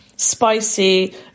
spicy